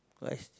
rice